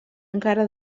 encara